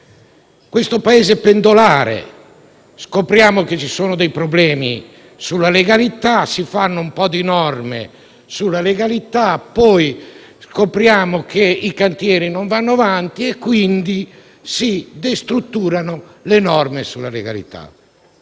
nostro Paese è pendolare. Rileviamo che ci sono dei problemi sulla legalità e si fanno un po' di norme sulla legalità; poi scopriamo che i cantieri non vanno avanti e, quindi, si destrutturano le norme sulla legalità.